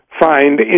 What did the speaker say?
find